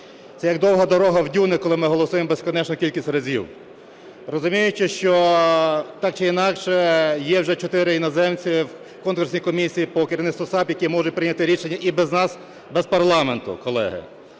Це як "довга дорога в дюнах", коли ми голосуємо безкінечну кількість разів. Розуміючи, що так чи інакше є вже чотири іноземці в конкурсній комісії по керівництву САП, які можуть прийняти рішення і без нас без парламенту, колеги.